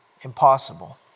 impossible